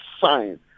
science